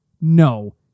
No